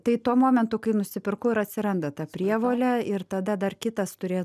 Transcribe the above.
tai tuo momentu kai nusiperku ir atsiranda ta prievolė ir tada dar kitas turė